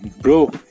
bro